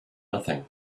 nothing